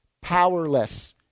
powerless